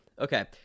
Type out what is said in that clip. okay